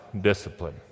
discipline